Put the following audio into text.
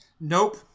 Nope